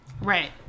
Right